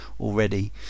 Already